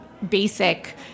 basic